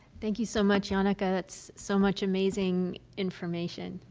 thank you so much janneke. ah that's so much amazing information,